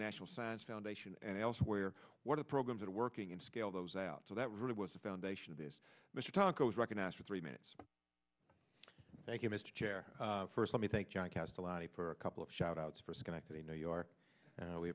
national science foundation and elsewhere what are the programs that are working and scale those out so that really was the foundation of this mr tacos recognized for three minutes thank you mr chair first let me thank john kass to lobby for a couple of shout outs for schenectady new york